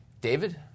David